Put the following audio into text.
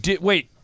wait